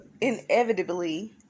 inevitably